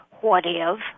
what-if